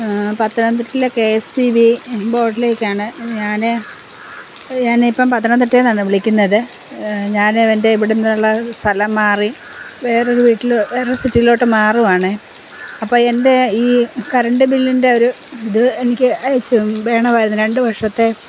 പത്തനംതിട്ടയിലെ K S E B പോർട്ടലിലേക്കാണ് ഞാന് ഞാനിപ്പം പത്തനംതിട്ടയിൽ നിന്നാണ് വിളിക്കുന്നത് ഞാന് എൻ്റെ ഇവിടുന്നുള്ള സ്ഥലം മാറി വേറൊരു റൂട്ടില് വേറൊരു എലെക്ട്രിസിറ്റിയിലോട്ട് മാറുകയാണ് അപ്പം എൻ്റെ ഈ കറണ്ട് ബില്ലിൻ്റെ ഒരു ഇത് എനിക്ക് അയച്ചു വേണമായിരുന്നു രണ്ടു വർഷത്തെ